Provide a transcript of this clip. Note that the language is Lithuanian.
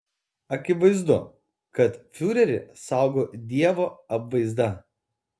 akivaizdu kad fiurerį saugo dievo apvaizda